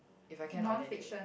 if I can I'll lend you